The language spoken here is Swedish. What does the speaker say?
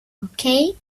okej